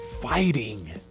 fighting